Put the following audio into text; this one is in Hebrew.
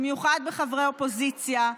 במיוחד בחברי האופוזיציה,